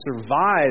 survive